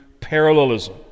parallelism